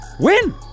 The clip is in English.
win